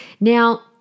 Now